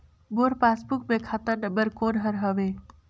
मोर passbook मे खाता number कोन हर हवे?